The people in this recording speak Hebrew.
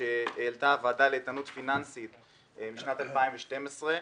שהעלתה הוועדה לאיתנות פיננסית בשנת 2012,